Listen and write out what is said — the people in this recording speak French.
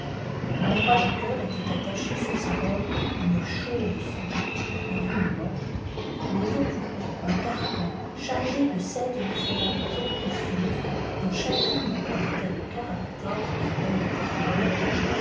a l'endroit du cœur était attachée sur sa robe une chauve-souris à demi morte et autoùi du cou un carcan chargé de sept îhétentes pisres précieuses dont chacune portait le caractère de la planète qui la dominait